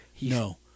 no